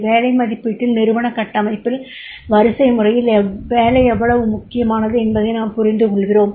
வேலை மதிப்பீட்டில் நிறுவன கட்டமைப்பில் வரிசைமுறையில் வேலை எவ்வளவு முக்கியமானது என்பதை நாம் புரிந்துகொள்கிறோம்